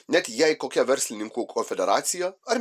net jei kokia verslininkų konfederacija ar